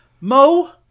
Mo